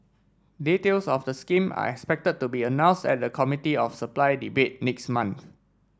details of the scheme are expected to be announced at the Committee of Supply debate next month